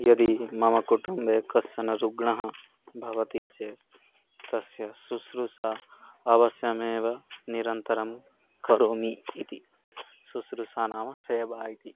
यदि मम कुटुम्बे कश्चन रुग्णः भवति चेत् तस्य शुश्रूषा अवस्यमेव निरन्तरं करोमि इति शुश्रूषा नाम सेवा इति